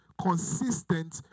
consistent